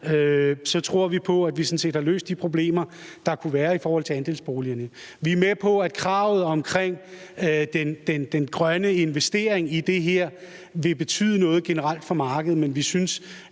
så tror vi på, at vi sådan set har løst de problemer, der kunne være i forhold til andelsboligerne. Vi er med på, at kravet om den grønne investering i det her vil betyde noget generelt for markedet, men vi synes,